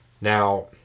Now